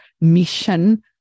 mission